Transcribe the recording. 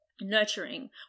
nurturing